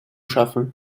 schaffen